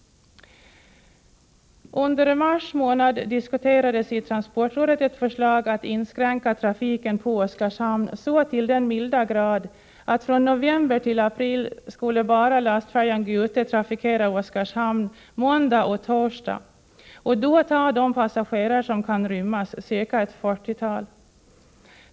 Under 107 mars diskuterades i transportrådet ett förslag att inskränka trafiken på Oskarshamn så till den milda grad att från november till april skulle bara lastfärjan Gute trafikera Oskarshamn måndag och torsdag och då ta de passagerare som kan rymmas, cirka ett fyrtiotal.